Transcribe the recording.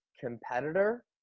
competitor